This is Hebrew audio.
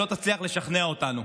שלא תצליח לשכנע אותנו,